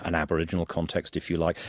and aboriginal context, if you like,